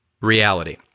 reality